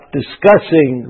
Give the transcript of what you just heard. discussing